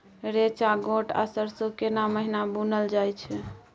रेचा, गोट आ सरसो केना महिना बुनल जाय छै?